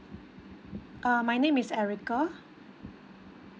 uh my name is erica